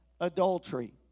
adultery